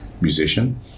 musician